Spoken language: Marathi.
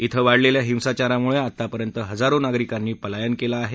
इथं वाढलेल्या हिंसाचारामुळे आतापर्यंत हजारो नागरिकांनी पलायन केलं आहे